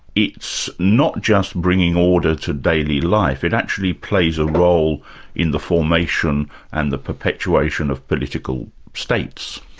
it's not just bringing order to daily life, it actually plays a role in the formation and the perpetuation of political states.